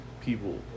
people